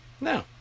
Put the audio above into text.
No